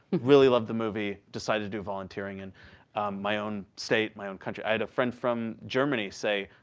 really loved the movie, decided to do volunteering in my own state, my own country. i had a friend from germany say,